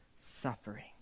suffering